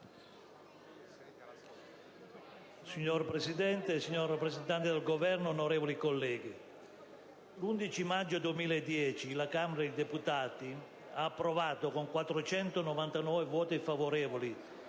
Signor Presidente, signor rappresentante del Governo, onorevoli colleghi, l'11 maggio 2010 la Camera dei deputati ha approvato, con 499 voti favorevoli